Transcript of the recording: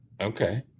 Okay